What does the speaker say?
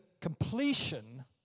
completion